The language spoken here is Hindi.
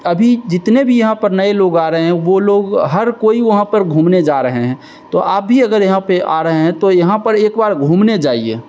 अभी जितने भी यहाँ पर नए लोग आ रहे हैं वो लोग हर कोई वहाँ पर घूमने जा रहे हैं तो आप भी अगर यहाँ पर आ रहे हैं तो यहाँ पर एक बार घूमने जाइए